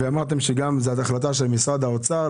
ואמרתם שזו גם החלטה של משרד האוצר,